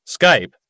Skype